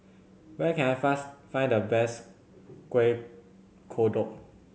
where can I find the best Kuih Kodok